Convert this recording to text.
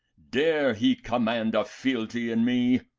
dare he command a fealty in me?